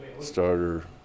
starter